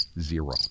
Zero